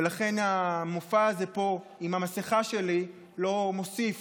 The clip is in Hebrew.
ולכן המופע הזה פה עם המסכה שלי לא מוסיף